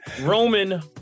Roman